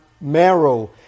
marrow